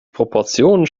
proportionen